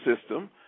system